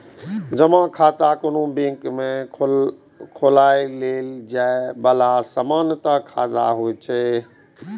जमा खाता कोनो बैंक मे खोलाएल जाए बला सामान्य खाता होइ छै